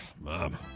mom